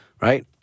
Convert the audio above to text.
right